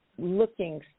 looking